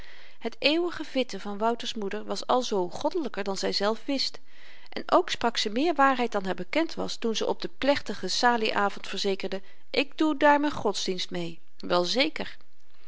het eeuwige vitten van wouter's moeder was alzoo goddelyker dan zyzelf wist en ook sprak ze meer waarheid dan haar bekend was toen ze op den plechtigen salie avend verzekerde ik doe daar m'n godsdienst mee wel zeker